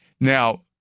Now